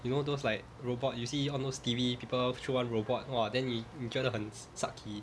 you know those like robot you see all those T_V people throw one robot !wah! then 你你觉得很 satki